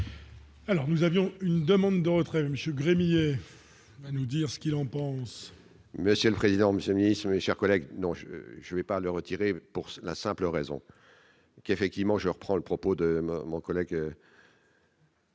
Alors, nous avions une demande de retrait monsieur Gremillet nous dire ce qu'il en pense. Monsieur le président Monsieur mission et chers collègues non je je vais pas le retirer, pour la simple raison qu'effectivement je reprends le propos de mon collègue.